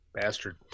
Bastard